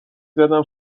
زدم